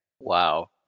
Wow